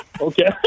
Okay